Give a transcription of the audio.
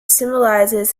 symbolizes